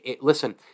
listen